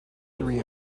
three